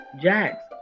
Jax